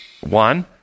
One